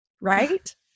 right